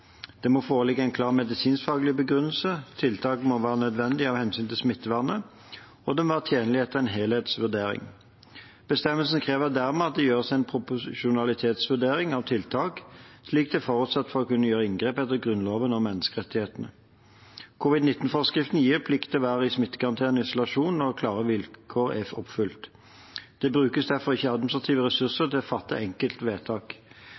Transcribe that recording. Det må foreligge en medisinskfaglig begrunnelse, tiltaket må være nødvendig av hensyn til smittevernet, og det må være tjenlig etter en helhetsvurdering. Bestemmelsen krever dermed at det gjøres en proporsjonalitetsvurdering av tiltak, slik det er forutsatt for å kunne gjøre inngrep etter Grunnloven og menneskerettighetene. Covid-19-forskriften gir plikt til å være i smittekarantene og isolasjon når klare vilkår er oppfylt. Det brukes derfor ikke administrative